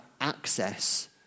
access